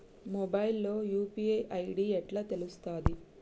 Mobile లో UPI ID ఎట్లా తెలుస్తది?